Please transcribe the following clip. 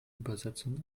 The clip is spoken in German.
übersetzung